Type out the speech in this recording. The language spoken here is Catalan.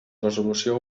resolució